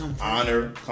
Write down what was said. honor